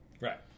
Right